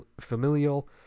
familial